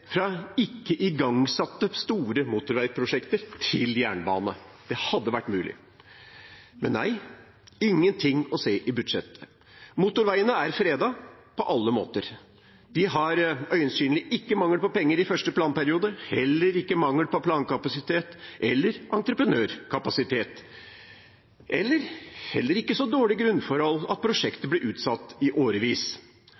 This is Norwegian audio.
fra ikke igangsatte store motorveiprosjekter til jernbane. Det hadde vært mulig. Men nei, ingenting å se i budsjettet. Motorveiene er fredet på alle måter. De har øyensynlig ikke mangel på penger i første planperiode, heller ikke mangel på plankapasitet eller entreprenørkapasitet og ei heller så dårlige grunnforhold at